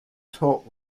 talk